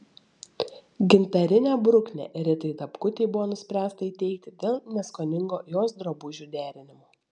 gintarinę bruknę ritai dapkutei buvo nuspręsta įteikti dėl neskoningo jos drabužių derinimo